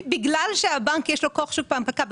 בגלל שהבנק יש לו כוח שוק בהנפקה,